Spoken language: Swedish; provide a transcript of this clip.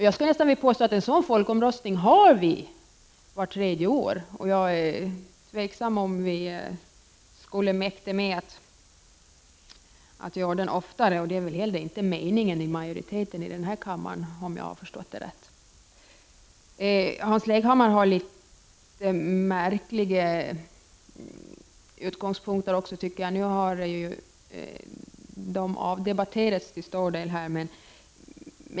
Jag vill påstå att vi har en sådan folkomröstning vart tredje år, och jag är tveksam om vi skulle mäkta att ha folkomröstningar oftare. Det är inte meningen med majoriteten i denna kammare, om jag har förstått det rätt. Hans Leghammar har litet märkliga utgångspunkter, som till stor del har genomdebatterats.